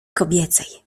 kobiecej